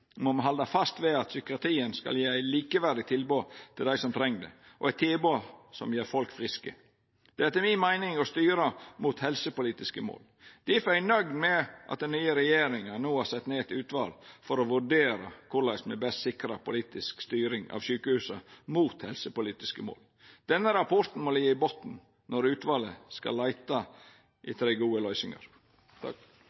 må me halda fast ved at psykiatrien skal gje eit likeverdig tilbod til dei som treng det, og eit tilbod som gjer folk friske. Det er etter mi meining å styra mot helsepolitiske mål. Difor er eg nøgd med at den nye regjeringa no har sett ned eit utval for å vurdera korleis me best sikrar politisk styring av sjukehusa mot helsepolitiske mål. Denne rapporten må liggja i botn når utvalet skal leita